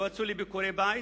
לא יצאו לביקורי בית,